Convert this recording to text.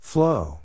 Flow